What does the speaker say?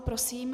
Prosím.